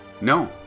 No